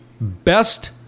best